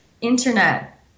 Internet